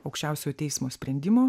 aukščiausiojo teismo sprendimo